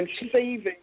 saving